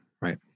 Right